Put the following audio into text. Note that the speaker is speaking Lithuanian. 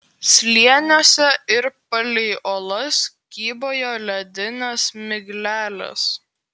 slėniuose ir palei uolas kybojo ledinės miglelės